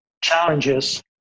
challenges